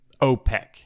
OPEC